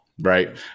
Right